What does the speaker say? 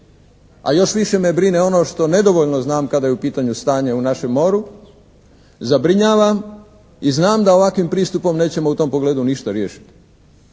a još više me brine ono što nedovoljno znam kada je u pitanju stanje u našem moru, zabrinjava i znam da ovakvim pristupom nećemo u tom pogledu ništa riješiti.